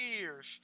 years